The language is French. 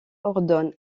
ordonne